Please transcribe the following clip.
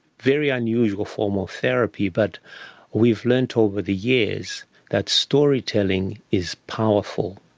very unusual form of therapy but we've learned over the years that storytelling is powerful,